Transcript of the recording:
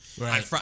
Right